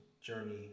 journey